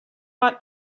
ought